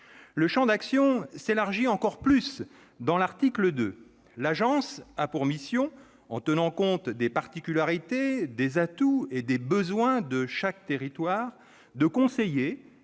Le champ d'action s'élargit encore plus à l'article 2, aux termes duquel « l'Agence a pour mission, en tenant compte des particularités, des atouts et des besoins de chaque territoire, de conseiller